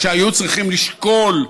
שהיו צריכים לשקול,